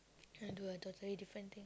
trying to do a totally different thing